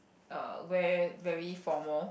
err wear very formal